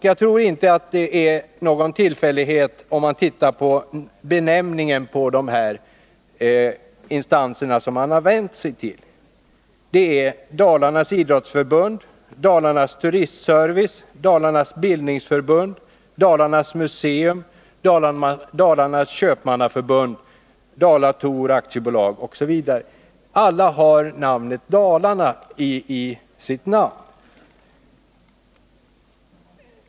Jag tror inte att det är en tillfällighet det som man finner när man tittar på benämningen på de remissinstanser som länsstyrelsen vänt sig till. Det är Dalarnas idrottsförbund, Dalarnas Turistservice AB, Dalarnas bildningsförbund, Dalarnas museum, Dalarnas Nr 22 köpmannaförbund, Dala Tour AB, osv. Alla har benämningen Dalarna i sitt namn.